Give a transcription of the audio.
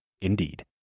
Indeed